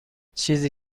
چیزی